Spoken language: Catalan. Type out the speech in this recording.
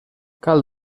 cal